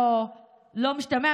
לא משתמע,